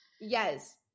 Yes